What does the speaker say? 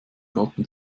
gatten